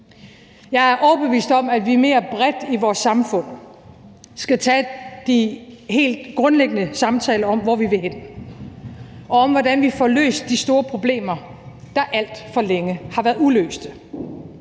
Jeg er overbevist om, at vi mere bredt i vores samfund skal tage de helt grundlæggende samtaler om, hvor vi vil hen, og om, hvordan vi får løst de store problemer, der alt for længe har været uløste.